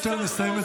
חבר הכנסת שקלים,